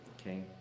okay